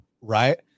Right